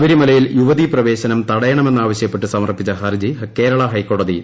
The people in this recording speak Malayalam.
ശബരിമലയിൽ യുവതീപ്രവേശനം തടയണമെന്നാവശൃപ്പെട്ട് സമർപ്പിച്ച ഹർജി കേരളാഹൈക്കോടതി തള്ളി